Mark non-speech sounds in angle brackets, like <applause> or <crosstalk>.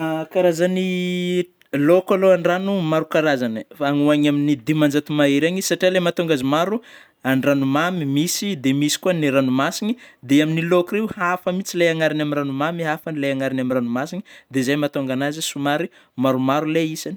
<hesitation> Karazany lôko aloha an-dragno maro karazagny eh, fa any ho any amin'ny diman-jato mahery any satria ilay mahatonga azy maro andragnomamy misy dia misy koa ny ranomasiny ,dia amin'ilay lôko reo hafa mihintsy ilay agnarany amin'ny rano mamy hafa ilay agnarany amin'ny ranomasiny de zay mahatonga an'azy somary maromaro ilay isany.